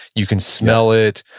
you can smell it,